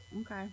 Okay